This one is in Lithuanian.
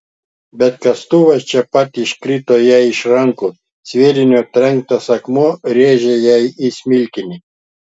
bet kastuvas čia pat iškrito jai iš rankų sviedinio trenktas akmuo rėžė jai į smilkinį